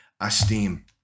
esteem